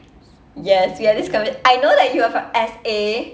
yes we had this conversa~ I know that you are from S_A